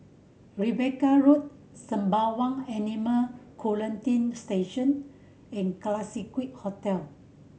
Rebecca Road Sembawang Animal Quarantine Station and Classique Hotel